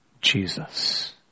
Jesus